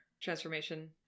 transformation